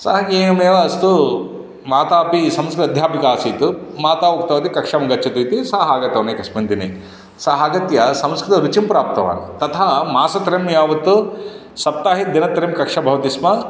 सः एवमेव अस्तु मातापि संस्कृत अध्यापिका आसीत् माता उक्तवति कक्षां गच्छतु इति सः आगतवान् एकस्मिन् दिने सः आगत्य संस्कृतरुचिं प्राप्तवान् तथा मासत्रयं यावत् सप्ताहे दिनत्रयं कक्षा भवति स्म